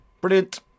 Brilliant